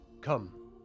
Come